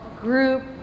group